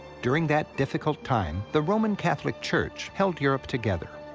during that difficult time, the roman catholic church held europe together.